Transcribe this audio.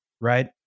right